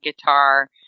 guitar